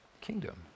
kingdom